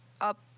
up